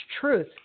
truth